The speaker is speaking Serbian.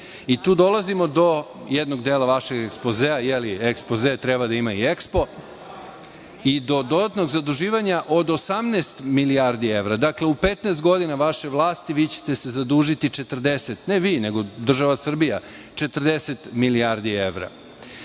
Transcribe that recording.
i tu dolazimo do jednog dela vašeg ekspozea, ekspoze treba da ima i EXPO, i do dodatnog zaduživanja od 18 milijardi evra. Dakle, u 15 godina vaše vlasti vi ćete se zadužiti, ne vi nego država Srbija, 40 milijardi evra. Kad